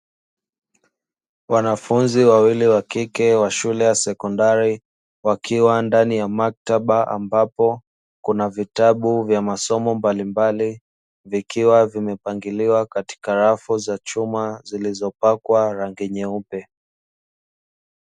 Wanafunzi wawili wa kike wa shule ya sekondari wakiwa ndani ya maktaba ambapo kuna vitabu vya masomo mbalimbali vikiwa vimepangiliwa katika rafu za chuma zilizopakwa rangi nyeupe.